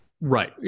Right